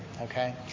okay